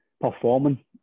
performing